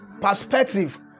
perspective